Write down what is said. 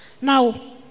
Now